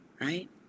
right